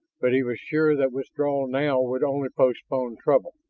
but he was sure that withdrawal now would only postpone trouble.